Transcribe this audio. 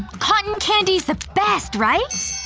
cotton candy's the best, right?